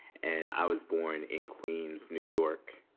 and i was born in queens, new york.